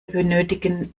benötigen